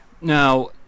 Now